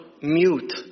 mute